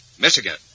Michigan